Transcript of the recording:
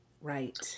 Right